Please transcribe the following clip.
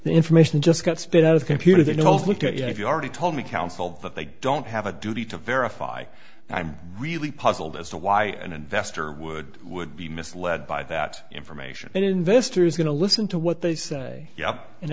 the information just got spit out of the computer they don't look at you know if you already told me counsel that they don't have a duty to verify i'm really puzzled as to why an investor would would be misled by that information and investor is going to listen to what they say yup and